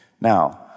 Now